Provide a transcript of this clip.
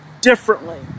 differently